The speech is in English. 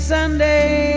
Sunday